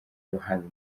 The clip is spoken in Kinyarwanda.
abahanzi